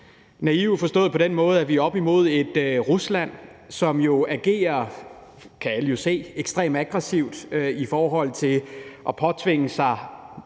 naive forstået på den måde, at vi er oppe imod et Rusland, som jo agerer – det kan alle jo se – ekstremt aggressivt i forhold til at tiltvinge sig